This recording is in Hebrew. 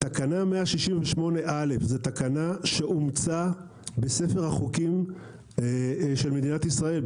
תקנה 168א זאת תקנה שאומצה בספר החוקים של מדינת ישראל,